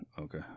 Okay